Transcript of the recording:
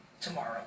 tomorrow